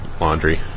Laundry